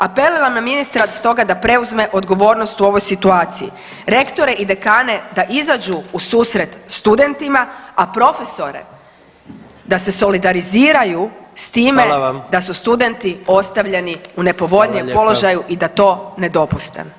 Apeliram na ministra stoga da preuzme odgovornost u ovoj situaciji, rektore i dekane da izađu u susret studentima, a profesore da se solidariziraju s time [[Upadica predsjednik: Hvala vam.]] da su studenti ostavljeni u nepovoljnijem položaju i da to ne dopuste.